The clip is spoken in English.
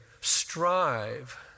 strive